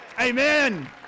Amen